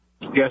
Yes